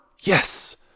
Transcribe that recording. Yes